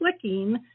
clicking